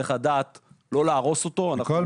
צריך לדעת איך לא להרוס אותו ואיך --- מכל